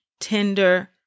tender